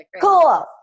Cool